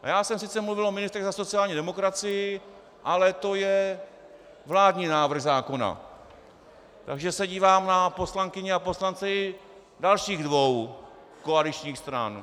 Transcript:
Já jsem sice mluvil o ministrech za sociální demokracii, ale to je vládní návrh zákona, takže se dívám na poslankyně a poslance i dalších dvou koaličních stran.